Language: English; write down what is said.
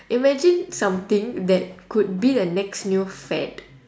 imagine something that could be the next new fad